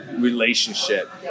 relationship